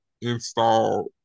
installed